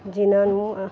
ਜਿਹਨਾਂ ਨੂੰ